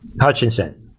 Hutchinson